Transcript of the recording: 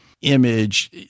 image